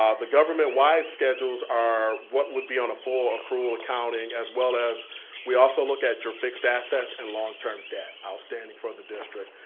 um the government-wide schedules are what would be on a full accrual accounting, as well as we also look at your fixed assets and longterm debt outstanding for the district.